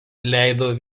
leido